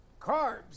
carbs